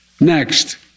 Next